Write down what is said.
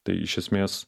tai iš esmės